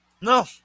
No